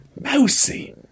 Mousy